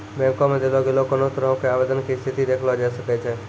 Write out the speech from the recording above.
बैंको मे देलो गेलो कोनो तरहो के आवेदन के स्थिति देखलो जाय सकै छै